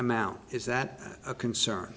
amount is that a concern